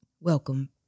welcome